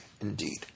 indeed